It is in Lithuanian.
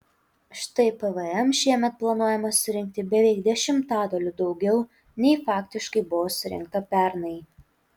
štai pvm šiemet planuojama surinkti beveik dešimtadaliu daugiau nei faktiškai buvo surinkta pernai